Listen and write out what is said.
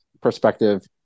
perspective